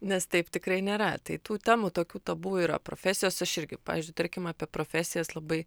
nes taip tikrai nėra tai tų temų tokių tabu yra profesijos aš irgi pavyzdžiui tarkim apie profesijas labai